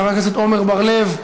חבר הכנסת עמר בר-לב,